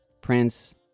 Prince